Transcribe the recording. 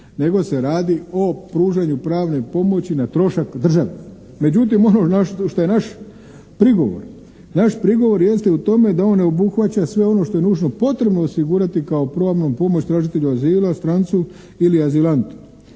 nego se radi o pružanju pravne pomoći na trošak države. Međutim ono što je naš prigovor, naš prigovor jeste u tome da on ne obuhvaća sve ono što je nužno potrebno osigurati kao pravnu pomoć tražitelju azila, strancu ili azilantu.